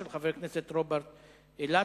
של חבר הכנסת רוברט אילטוב.